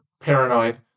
paranoid